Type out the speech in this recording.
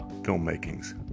filmmaking's